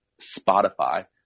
Spotify